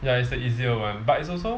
ya it's the easier one but it's also